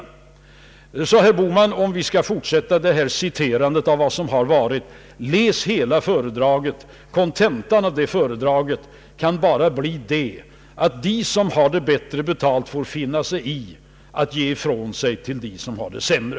Så, herr Bohman, om vi skall fortsätta detta citerande av vad som har varit — läs hela föredraget! Kontentan av det kan bara bli att de som har bättre betalt får finna sig i att ge ifrån sig till dem som har det sämre.